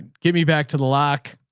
get me back to the lock.